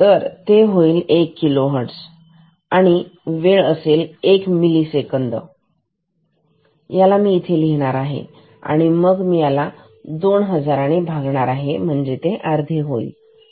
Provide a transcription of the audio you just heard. तर हे होईल एक किलो हर्ट्झ तर वेळ असेल एक मिली सेकंड याला मी इथे लिहिणार आहे आणि मग मी याला दोन हजार ने भागणार म्हणजे ते अर्धे होईल